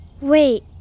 Wait